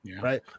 right